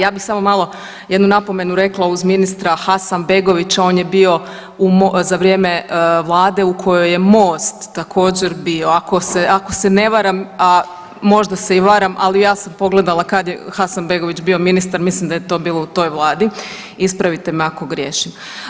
Ja bi samo malo jednu napomenu rekla uz ministra Hasanbegovića, on je bio za vrijeme Vlade u kojoj je Most također bio, ako se ne varam, a možda se i varam ali ja sam pogledala kad je Hasanbegović bio ministar, mislim da je to bilo u toj Vladi, ispravite me ako griješim.